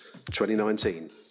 2019